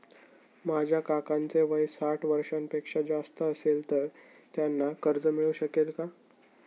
माझ्या काकांचे वय साठ वर्षांपेक्षा जास्त असेल तर त्यांना कर्ज मिळू शकेल का?